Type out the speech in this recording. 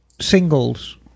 singles